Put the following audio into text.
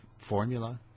formula